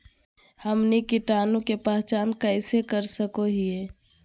हमनी कीटाणु के पहचान कइसे कर सको हीयइ?